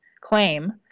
claim